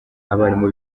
abarimu